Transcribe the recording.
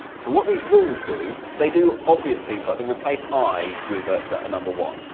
so what these rules do, they do obvious things like they replace i with the number one.